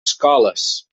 escoles